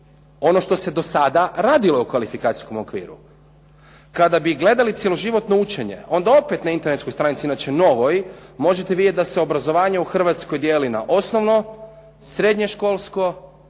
ono što se do sada radilo u kvalifikacijskom okviru. Kada bi gledali cjeloživotno učenje onda opet na internetskoj stranici, inače novoj, možete vidjeti da se obrazovanje u Hrvatskoj dijeli na osnovno, srednjoškolsko,